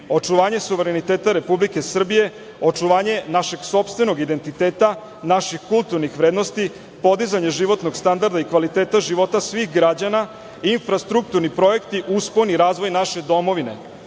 suvereniteta Republike Srbije, očuvanje našeg sopstvenog identiteta, naših kulturnih vrednosti, podizanje životnog standarda i kvaliteta života svih građana, infrastrukturni projekti, uspon i razvoj naše domovine.